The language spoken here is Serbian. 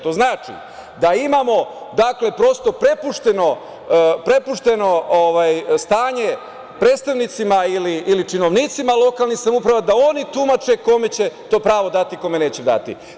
To znači da imamo prepušteno stanje predstavnicima ili činovnicima lokalnih samouprava da oni tumače kome će to pravo dati a kome neće dati.